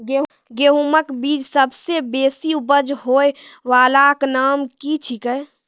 गेहूँमक बीज सबसे बेसी उपज होय वालाक नाम की छियै?